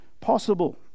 possible